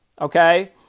Okay